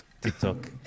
TikTok